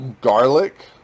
garlic